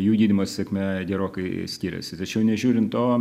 jų gydymas sėkme gerokai skiriasi tačiau nežiūrint to